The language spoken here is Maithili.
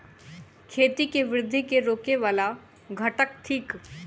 खेती केँ वृद्धि केँ रोकय वला घटक थिक?